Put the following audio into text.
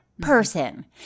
person